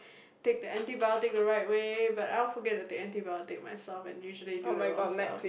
take the antibiotic the right way but I will forget to take antibiotic myself and usually do the wrong stuff